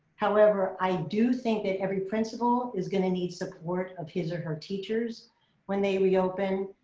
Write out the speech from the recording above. however, i do think that every principal is gonna need support of his or her teachers when they reopen.